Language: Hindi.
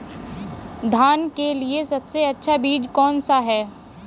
धान के लिए सबसे अच्छा बीज कौन सा है?